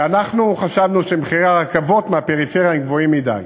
חשבנו שמחירי הרכבות מהפריפריה הם גבוהים מדי.